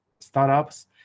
startups